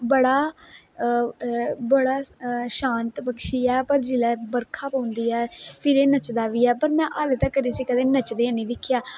बड़ा बड़ा शांत पक्षी ऐ पर जिसलै बर्खा पौंदी ऐ फिर एह् नचदा बी ऐ पर में हल्ली तकर इसी नचदे हे नी दिक्खेआ